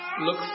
look